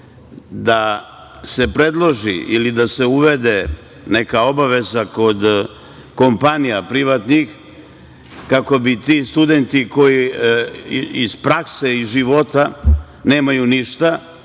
da se predloži ili da se uvede neka obaveza kod kompanija privatnih kako bi ti studenti koji iz prakse, iz života nemaju ništa